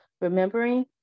Remembering